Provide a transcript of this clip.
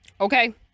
okay